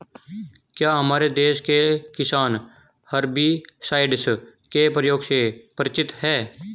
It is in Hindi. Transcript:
क्या हमारे देश के किसान हर्बिसाइड्स के प्रयोग से परिचित हैं?